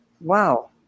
wow